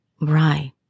Right